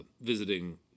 visiting